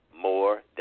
more